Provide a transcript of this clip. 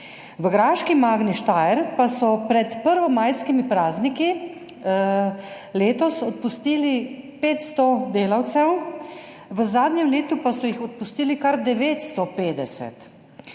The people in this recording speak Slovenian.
V graški Magni Steyr pa so pred prvomajskimi prazniki letos odpustili 500 delavcev, v zadnjem letu pa so jih odpustili kar 950,